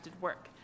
work